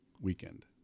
weekend